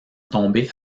tomber